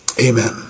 Amen